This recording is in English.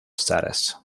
status